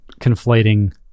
conflating